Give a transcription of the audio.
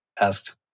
asked